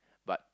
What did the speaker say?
but